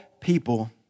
people